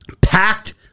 Packed